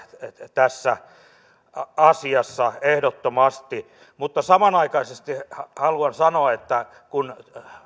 tässä asiassa ehdottomasti samanaikaisesti haluan sanoa että kun